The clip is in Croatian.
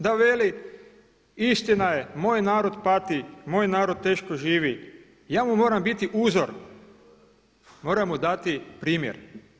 Da veli, istina je, moj narod pati, moj narod teško živi, ja mu moram biti uzor, moram mu dati primjer.